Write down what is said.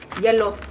yellow.